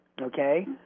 okay